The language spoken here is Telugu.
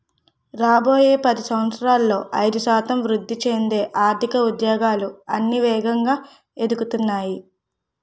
రాబోయే పది సంవత్సరాలలో ఐదు శాతం వృద్ధి చెందే ఆర్థిక ఉద్యోగాలు అన్నీ వేగంగా ఎదుగుతున్నాయి